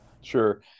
Sure